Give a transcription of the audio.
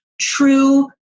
true